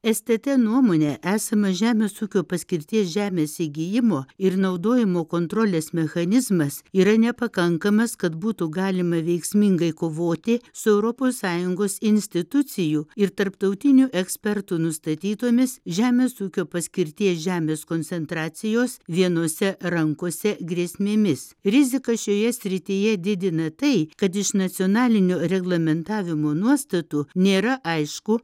stt nuomone esama žemės ūkio paskirties žemės įgijimo ir naudojimo kontrolės mechanizmas yra nepakankamas kad būtų galima veiksmingai kovoti su europos sąjungos institucijų ir tarptautinių ekspertų nustatytomis žemės ūkio paskirties žemės koncentracijos vienose rankose grėsmėmis riziką šioje srityje didina tai kad iš nacionalinio reglamentavimo nuostatų nėra aišku